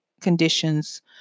conditions